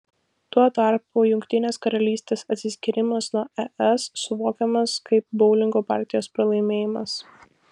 tuo tarpu jungtinės karalystės atsiskyrimas nuo es suvokiamas kaip boulingo partijos pralaimėjimas